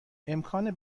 امکان